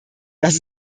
dass